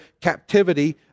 captivity